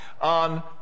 on